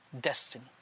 destiny